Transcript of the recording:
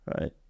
Right